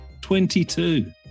22